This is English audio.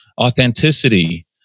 authenticity